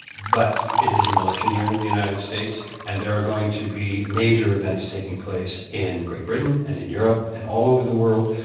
but it is an election year in the united states. and there are going to be major events taking place in great britain and in europe and all over the world.